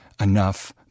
enough